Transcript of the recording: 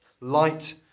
light